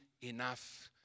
enough